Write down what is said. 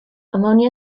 ammonia